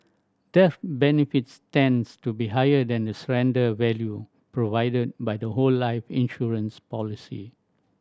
death benefits tends to be higher than the surrender value provided by a whole life insurance policy